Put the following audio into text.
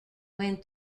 when